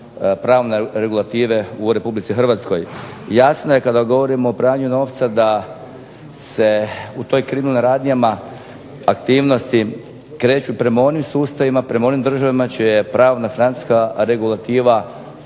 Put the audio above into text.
pravne regulative u RH. Jasno je kada govorimo o pranju novca da se u tim kriminalnim radnjama aktivnosti kreću prema onim sustavima prema onim državama čija je pravna i financijska regulativa